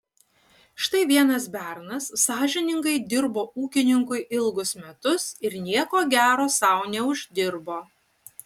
štai vienas bernas sąžiningai dirbo ūkininkui ilgus metus ir nieko gero sau neuždirbo